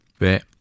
Ve